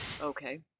Okay